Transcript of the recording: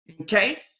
Okay